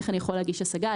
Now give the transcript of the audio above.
איך אני יכול להגיש השגה ,